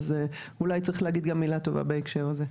אז אולי צריך להגיד מילה טובה בהקשר הזה.